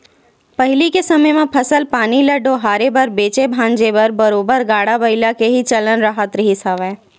पहिली के समे म फसल पानी ल डोहारे बर बेंचे भांजे बर बरोबर गाड़ा बइला के ही चलन राहत रिहिस हवय